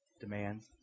demands